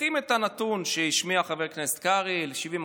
לוקחים את הנתון שהשמיע חבר כנסת קרעי על 70%,